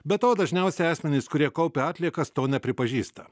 be to dažniausiai asmenys kurie kaupia atliekas to nepripažįsta